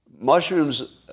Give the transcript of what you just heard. Mushrooms